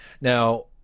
Now